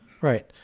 Right